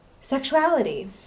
sexuality